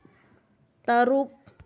ꯇꯔꯨꯛ